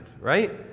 right